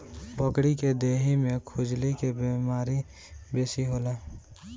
बकरी के देहि में खजुली के बेमारी बेसी होला